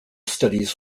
studies